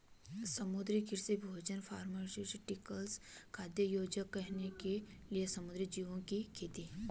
समुद्री कृषि भोजन फार्मास्यूटिकल्स, खाद्य योजक, गहने के लिए समुद्री जीवों की खेती है